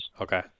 okay